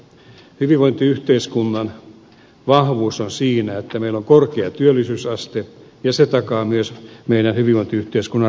hyvinvointiyhteiskunnan vahvuus on siinä että meillä on korkea työllisyysaste ja se takaa myös meidän hyvinvointiyhteiskunnan rahoitusperustan